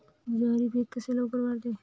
ज्वारी पीक कसे लवकर वाढते?